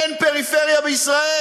אין פריפריה בישראל.